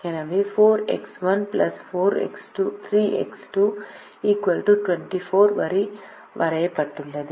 எனவே 4X1 3X2 24 வரி வரையப்பட்டுள்ளது